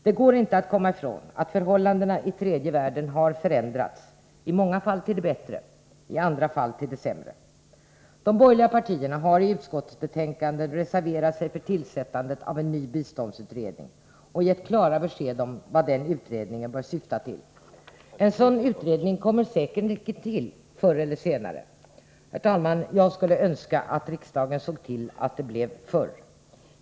Det går inte att komma ifrån att förhållandena i tredje världen har förändrats, i många fall till det bättre, i andra fall till det sämre. De borgerliga partierna har i utskottsbetänkandet reserverat sig för tillsättandet av en ny biståndsutredning och givit klara besked om vad den utredningen bör syfta till. En sådan utredning kommer säkerligen till förr eller senare. Jag skulle, herr talman, önska att riksdagen såg till att det blev förr.